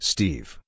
Steve